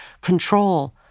control